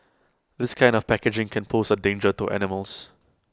this kind of packaging can pose A danger to animals